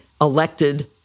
elected